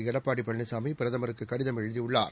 எடப்பாடி பழனிசாமி பிரதமருக்கு கடிதம் எழுதியுள்ளார்